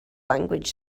language